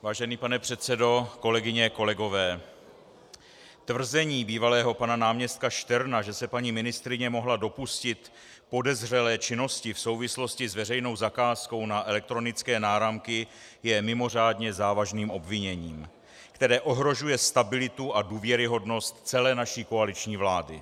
Vážený pane předsedo, kolegyně, kolegové, tvrzení bývalého pana náměstka Šterna, že se paní ministryně mohla dopustit podezřelé činnosti v souvislosti s veřejnou zakázkou na elektronické náramky, je mimořádně závažným obviněním, které ohrožuje stabilitu a důvěryhodnost celé naší koaliční vlády.